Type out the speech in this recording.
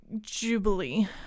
Jubilee